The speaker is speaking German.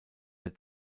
der